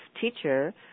teacher